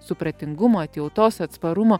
supratingumo atjautos atsparumo